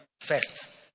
first